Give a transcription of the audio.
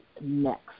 next